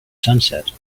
sunset